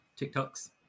TikToks